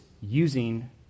using